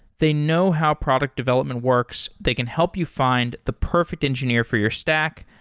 they know how product development works. they can help you find the perfect engineer for your stack,